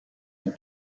and